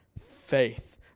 faith